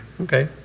Okay